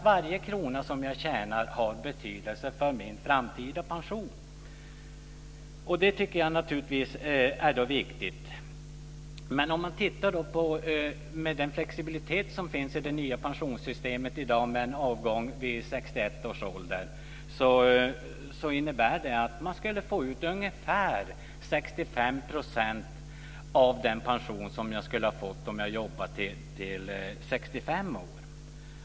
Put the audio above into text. Varje krona som man tjänar har betydelse för den framtida pensionen. Jag tycker naturligtvis att det är viktigt. Om man tittar på den flexibilitet som finns i det nya pensionssystemet i dag, med en avgång vid 61 års ålder, innebär det att man skulle få ut ungefär 65 % av den pension som man skulle ha fått om man hade jobbat till 65 år.